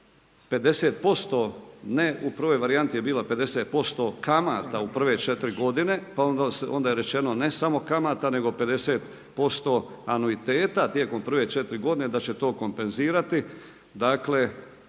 50%, ne u prvoj varijanti je bila 50% kamata u prve 4 godine, pa onda je rečeno ne samo kamata nego 50% anuiteta tijekom prve četiri godine da će to kompenzirati.